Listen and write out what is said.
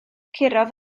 curodd